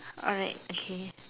alright okay